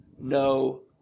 no